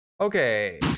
Okay